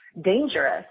dangerous